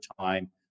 time